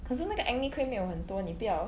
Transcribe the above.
可是那个 acne cream 没有很多你不要